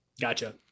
Gotcha